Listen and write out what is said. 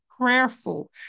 prayerful